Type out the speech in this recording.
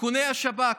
איכוני השב"כ.